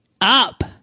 up